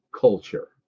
culture